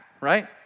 right